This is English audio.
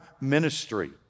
ministry